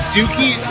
Dookie